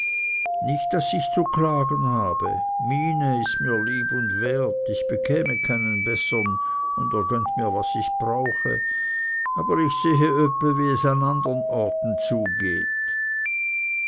nit daß ich zu klagen habe myne ist mir lieb und wert ich bekäme keinen bessern und er gönnt mir was ich brauche aber ich sehe öppe wie es an andern orten zugeht